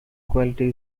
quality